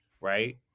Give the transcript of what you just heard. right